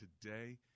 today